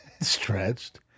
Stretched